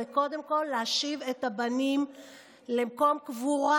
זה קודם כול להשיב את הבנים למקום קבורה